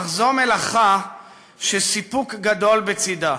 אך זו מלאכה שסיפוק גדול בצדה,